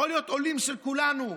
וזה יכול להיות עולים של כולנו.